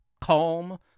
calm